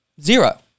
Zero